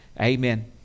amen